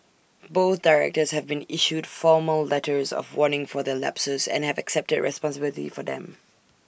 both directors have been issued formal letters of warning for their lapses and have accepted responsibility for them